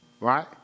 Right